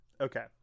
Okay